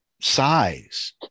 size